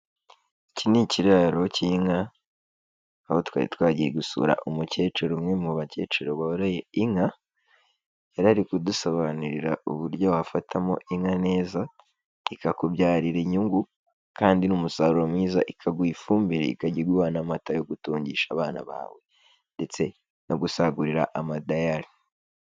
Iki ni ikiraro cy'inka aho twari twagiye gusura umukecuru umwe mu bakecuru boroye inka, yari ari kudusobanurira uburyo wafatamo inka neza ikakubyarira inyungu kandi n'umusaruro mwiza, ikaguha ifumbire, ikajya iguha n'amata yo gutungisha abana bawe ndetse no gusagurira ama dairy.